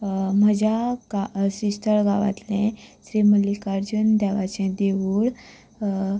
म्हज्या श्रीस्थळ गांवांतलें श्रीमल्लिकार्जून देवाचें देवूळ